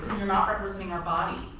you're not representing our body.